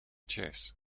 chess